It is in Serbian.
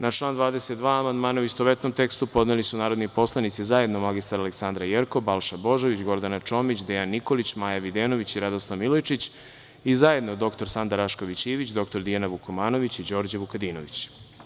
Na član 22. amandmane, u istovetnom tekstu, podneli su narodni poslanici: zajedno mr Aleksandra Jerkov, Balša Božović, Gordana Čomić, Dejan Nikolić, Maja Videnović i Radoslav Milojičić i zajedno dr Sanda Rašković Ivić, dr Dijana Vukomanović i Đorđe Vukadinović.